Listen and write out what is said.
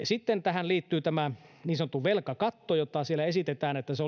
sitten tähän liittyy niin sanottu velkakatto jota siellä esitetään että se